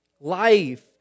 Life